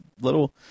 little